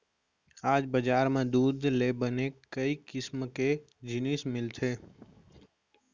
आज बजार म दूद ले बने कई किसम के जिनिस मिलथे